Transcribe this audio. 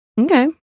Okay